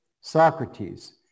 Socrates